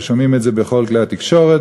ושומעים את זה בכל כלי התקשורת,